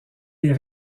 les